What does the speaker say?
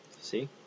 See